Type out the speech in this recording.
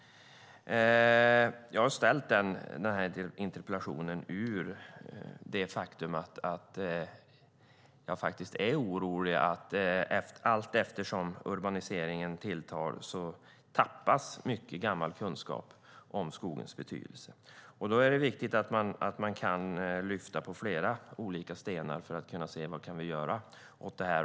Jag har ställt interpellationen utifrån det faktum att jag är orolig. Allteftersom urbaniseringen tilltar tappas mycket gammal kunskap om skogens betydelse. Då är det viktigt att man kan lyfta på flera olika stenar för att se vad vi kan göra åt detta.